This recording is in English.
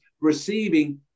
receiving